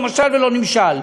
לא משל ולא נמשל.